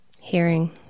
hearing